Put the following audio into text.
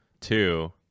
Two